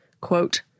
quote